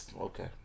Okay